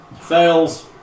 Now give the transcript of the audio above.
Fails